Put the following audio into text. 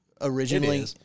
originally